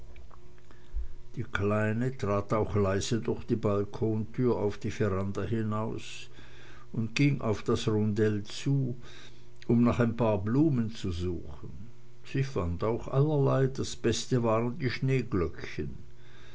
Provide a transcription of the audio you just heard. die kleine trat auch leise durch die balkontür auf die veranda hinaus und ging auf das rundell zu um nach ein paar blumen zu suchen sie fand auch allerlei das beste waren schneeglöckchen